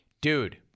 Dude